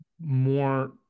more